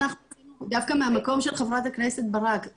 דווקא מהמקום שחברת הכנסת ברק,